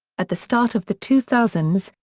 at the start of the two thousand